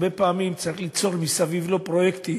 הרבה פעמים צריך ליצור מסביב להם פרויקטים,